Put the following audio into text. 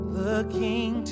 looking